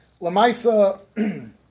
Lamaisa